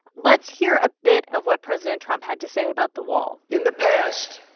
let's hear a bit of what president trump had to say about the wall in the past,